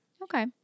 Okay